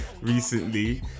Recently